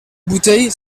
bouteille